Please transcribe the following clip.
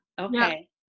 Okay